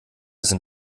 sind